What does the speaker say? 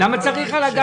אני מודה לך,